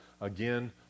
again